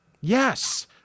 yes